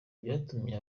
byatumye